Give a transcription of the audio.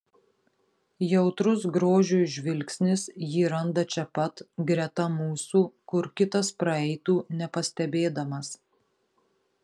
jautrus grožiui žvilgsnis jį randa čia pat greta mūsų kur kitas praeitų nepastebėdamas